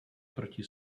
proti